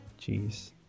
Jeez